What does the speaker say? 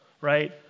right